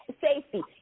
safety